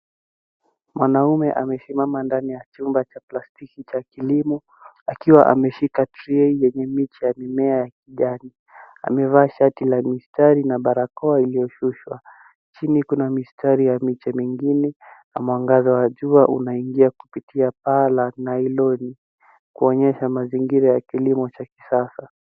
Mwanamume amesimama ndani ya chumba cha plastiki cha kilimo akiwa ameshika trei yenye miche ya mimea ya kijani. Amevaa shati la mistari na barakoa iliyoshushwa. Chini kuna mistari ya miche mengine na mwangaza wa jua unaingia kupitia paa la nailoni, kuonyesha mazingira ya kilimo cha kisasa.